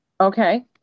Okay